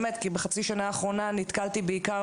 כי באמת בחצי השנה האחרונה נתקלתי בעיקר